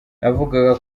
navugaga